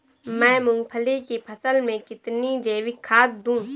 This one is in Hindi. मैं मूंगफली की फसल में कितनी जैविक खाद दूं?